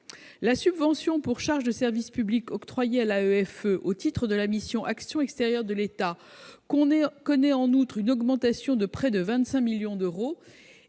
la subvention pour charge de service public octroyée à l'AEFE au titre de la mission « Action extérieure de l'État » connaît une augmentation de près de 25 millions d'euros.